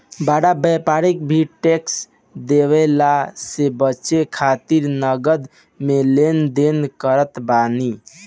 बड़ व्यापारी भी टेक्स देवला से बचे खातिर नगद में लेन देन करत बाने